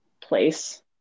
place